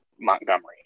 Montgomery